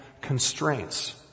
constraints